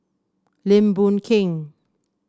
Lim Boon Keng